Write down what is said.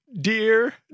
Dear